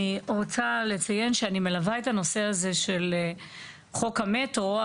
אני רוצה לציין שאני מלווה את הנושא הזה של חוק המטרו,